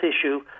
issue